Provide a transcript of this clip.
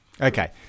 Okay